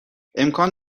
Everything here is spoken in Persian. امکان